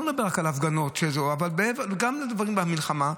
לא מדבר רק על ההפגנות, גם לדברים במלחמה.